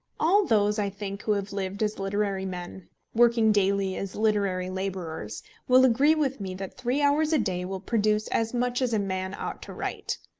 all those i think who have lived as literary men working daily as literary labourers will agree with me that three hours a day will produce as much as a man ought to write.